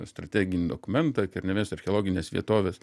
strateginį dokumentą kernavės archeologinės vietovės